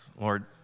Lord